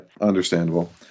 understandable